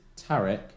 Tarek